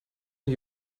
und